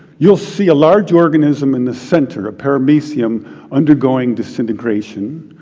you'll see a large organism in the center, a paramecium undergoing disintegration,